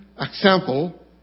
example